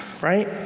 right